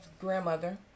grandmother